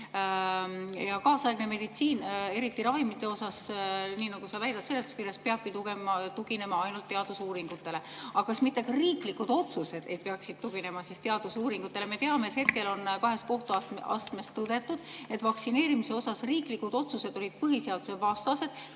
Kaasaegne meditsiin, eriti ravimite puhul, nii nagu sa väidad seletuskirjas, peaks tuginema ainult teadusuuringutele. Aga kas mitte ka riiklikud otsused ei peaks tuginema teadusuuringutele? Me teame, et kahes kohtuastmes on tõdetud, et vaktsineerimise kohta tehtud riiklikud otsused olid põhiseadusvastased.